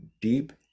deep